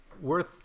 worth